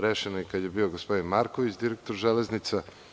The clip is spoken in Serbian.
Rešeno je i kada je bio gospodin Marković direktor „Železnica“